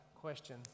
question